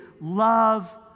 love